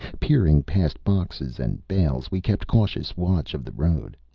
peering past boxes and bales, we kept cautious watch of the road.